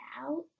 out